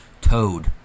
Toad